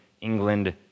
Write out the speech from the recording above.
England